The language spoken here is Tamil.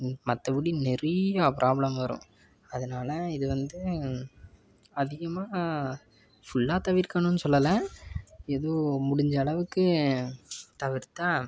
மற்றபடி நிறையா ப்ராப்ளம் வரும் அதனால் இது வந்து அதிகமாக ஃபுல்லாக தவிர்க்கணும் சொல்லலை எதோ முடிஞ்சளவுக்கு தவிர்த்தால்